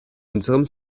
unserem